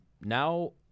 Now